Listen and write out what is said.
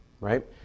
right